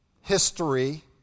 history